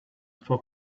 for